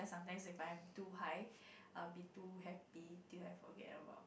sometimes when I am too high I will be too happy till I forget about